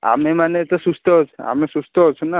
ଆମେମାନେ ତ ସୁସ୍ଥ ଅଛୁ ଆମେ ସୁସ୍ଥ ଅଛୁ ନା